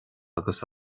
agus